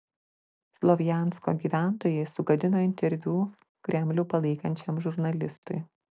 slovjansko gyventojai sugadino interviu kremlių palaikančiam žurnalistui